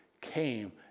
came